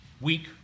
week